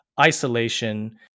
isolation